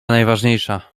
najważniejsza